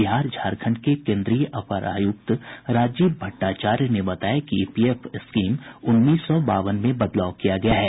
बिहार झारखंड के केन्द्रीय अपर आयुक्त राजीव भट्टाचार्य ने बताया कि ईपीएफ स्कीम उन्नीस सौ बावन में बदलाव किया गया है